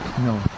No